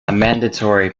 mandatory